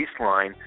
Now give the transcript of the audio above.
baseline